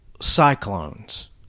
cyclones